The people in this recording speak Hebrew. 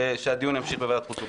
ושהדיון ימשיך בוועדת חוץ וביטחון.